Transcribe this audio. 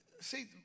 See